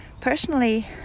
Personally